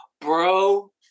bro